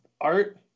art